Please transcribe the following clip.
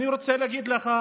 אני רוצה להגיד לך